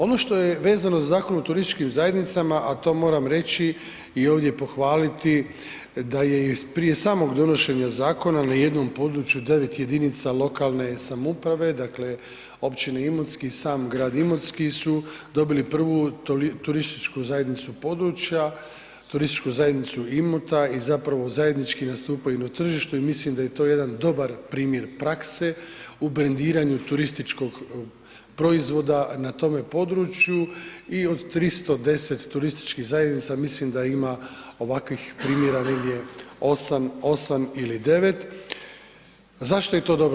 Ono što je vezano za Zakon o turističkim zajednicama, a to moram reći i ovdje pohvaliti, da je prije samog donošenja zakona, na jednom područja 9 jedinica lokalne samouprave, dakle, općine Imotski i sam grad Imotski su dobili prvu turističku zajednicu područja, Turističku zajednicu Imota i zapravo zajednički nastupaju na tržištu i mislim da je to jedan dobar primjer prakse u brendiranju turističkog proizvoda na tome području i od 310 turističkih zajednica, mislim da ima ovakvih primjera negdje 8 ili 9. Zašto je to dobro?